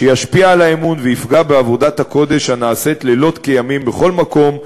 שישפיע על האמון ויפגע בעבודת הקודש הנעשית לילות כימים בכל מקום,